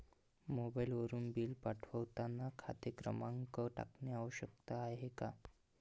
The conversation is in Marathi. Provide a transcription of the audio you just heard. मोबाईलवरून बिल पाठवताना खाते क्रमांक टाकणे आवश्यक आहे का?